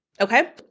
Okay